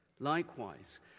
Likewise